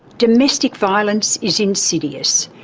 domestic violence is insidious.